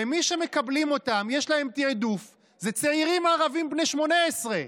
ומי שמקבלים אותם ויש להם תיעדוף זה צעירים ערבים בני 18,